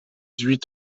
huit